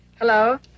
Hello